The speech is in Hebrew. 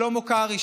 שלמה קרעי,